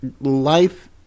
life